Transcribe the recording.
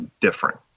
different